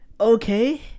Okay